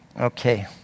Okay